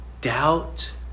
doubt